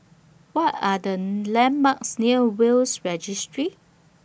What Are The landmarks near Will's Registry